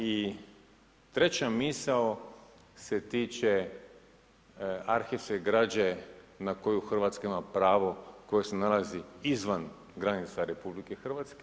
I treća misao se tiče arhivske građe na koju Hrvatska ima pravo, koja se nalazi izvan granica RH.